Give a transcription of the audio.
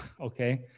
Okay